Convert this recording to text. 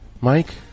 Mike